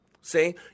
See